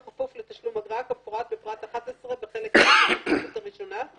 בכפוף לתשלום אגרה כמפורט בפרט 11 בחלק א' לתוספת הראשונה,